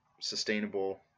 sustainable